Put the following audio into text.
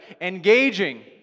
Engaging